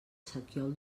sequiol